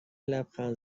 لبخند